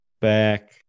back